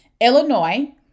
Illinois